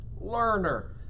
learner